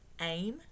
aim